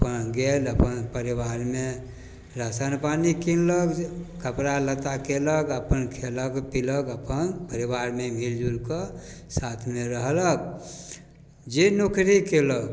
अपन गेल अपन परिवारमे राशन पानी किनलक जे कपड़ा लत्ता केलक अपन खेलक पिलक अपन परिवारमे मिलि जुलिकऽ साथमे रहलक जे नौकरी केलक